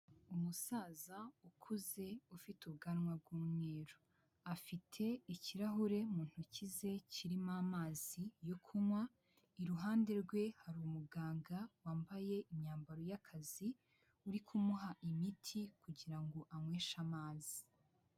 Umusaza ukuze ufite ubwanwa bw'umweru, afite ikirahure mu ntoki ze kirimo amazi yo kunywa, iruhande rwe hari umuganga wambaye imyambaro y'akazi uri kumuha imiti kugira ngo anyweshe amazi.